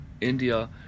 india